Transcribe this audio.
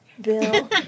Bill